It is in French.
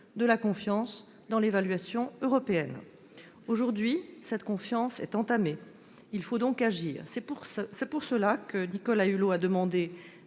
de la confiance de l'évaluation européenne. Aujourd'hui, cette confiance est entamée. Il faut donc agir. C'est pour cela que Nicolas Hulot a demandé